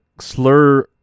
slur